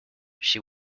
she